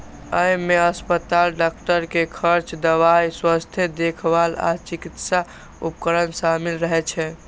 अय मे अस्पताल, डॉक्टर के खर्च, दवाइ, स्वास्थ्य देखभाल आ चिकित्सा उपकरण शामिल रहै छै